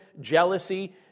jealousy